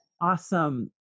Awesome